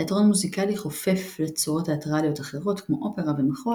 תיאטרון מוזיקלי חופף לצורות תיאטרליות אחרות כמו אופרה ומחול,